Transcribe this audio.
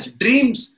dreams